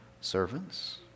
servants